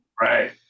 Right